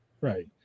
Right